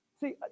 See